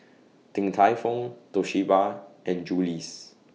Din Tai Fung Toshiba and Julie's